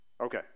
Okay